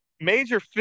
major